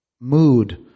mood